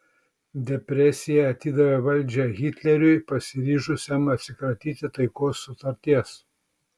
depresija atidavė valdžią hitleriui pasiryžusiam atsikratyti taikos sutarties